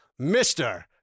Mr